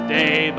day